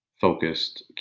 focused